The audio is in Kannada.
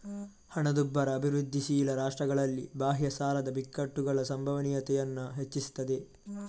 ಹಣದುಬ್ಬರ ಅಭಿವೃದ್ಧಿಶೀಲ ರಾಷ್ಟ್ರಗಳಲ್ಲಿ ಬಾಹ್ಯ ಸಾಲದ ಬಿಕ್ಕಟ್ಟುಗಳ ಸಂಭವನೀಯತೆಯನ್ನ ಹೆಚ್ಚಿಸ್ತದೆ